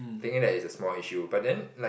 thinking that is a small issue but then like